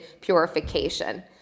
purification